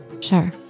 Sure